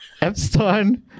Epstein